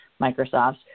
Microsofts